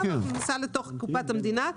--- הכנסה לתוך קופת המדינה,